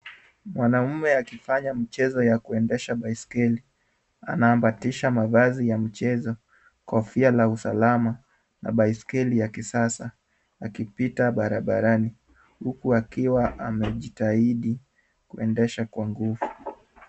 Mwanaume akifanya mchezo ya kuendesha baiskeli. Anaambatisha mavazi ya mchezo, kofia la usalama na baiskeli ya kisasa akipita barabarani, huku akiwa amejitahidi kuendesha kwa nguvu.